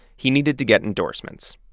he needed to get endorsements.